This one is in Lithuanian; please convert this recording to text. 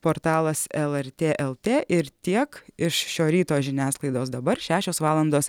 portalas lrt lt ir tiek iš šio ryto žiniasklaidos dabar šešios valandos